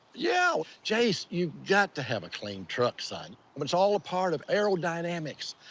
yeah. jase, you've got to have a clean truck, son. um it's all a part of aerodynamics.